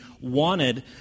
wanted